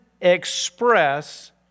express